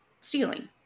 stealing